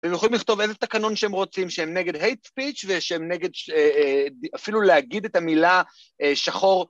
והם יכולים לכתוב איזה תקנון שהם רוצים, שהם נגד hate speech ושהם נגד אפילו להגיד את המילה שחור.